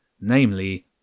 namely